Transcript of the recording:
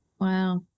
Wow